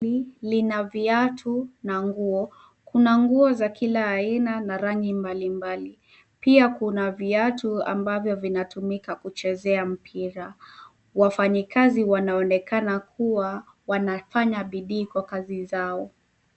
Hili lina viatu na nguo. Kuna nguo za kila aina na rangi mbalimbali. Pia kuna viatu ambavyo vinatumika kuchezea mpira. Wafanyakazi wanaonekana kuwa wanafanya bidii kwa kazi zao.